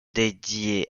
dédiés